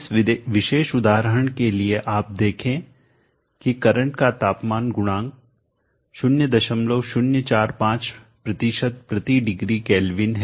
इस विशेष उदाहरण के लिए आप देखें कि करंट का तापमान गुणांक 0045 प्रति डिग्री केल्विन है